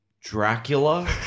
dracula